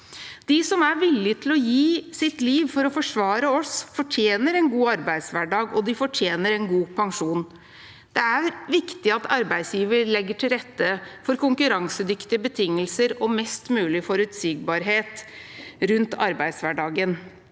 De som er villige til å gi sitt liv for å forsvare oss, fortjener en god arbeidshverdag, og de fortjener en god pensjon. Det er viktig at arbeidsgiver legger til rette for konkurransedyktige betingelser og mest mulig forutsigbarhet rundt arbeidshverdagen.